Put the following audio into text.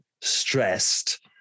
stressed